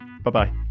Bye-bye